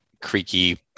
creaky